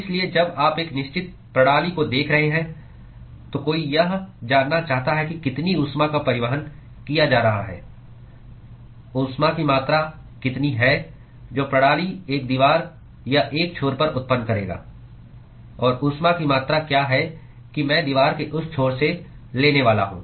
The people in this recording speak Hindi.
इसलिए जब आप एक निश्चित प्रणाली को देख रहे हैं तो कोई यह जानना चाहता है कि कितनी ऊष्मा का परिवहन किया जा रहा है ऊष्मा की मात्रा कितनी है जो प्रणाली एक दीवार या एक छोर पर उत्पन्न करेगा और ऊष्मा की मात्रा क्या है कि मैं दीवार के उस छोर से लेने वाला हूं